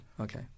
Okay